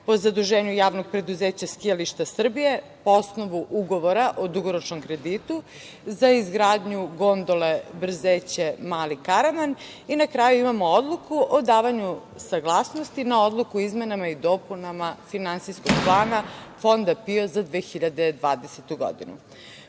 po zaduženju Javnog preduzeća Skijališta Srbije po osnovu Ugovora o dugoročnom kreditu za izgradnju gondole Brzeće – Mali Karaman i na kraju imamo odluku o davanju saglasnosti na Odluku o izmenama i dopuna Finansijskog plana Fonda PIO za 2020.